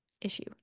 issue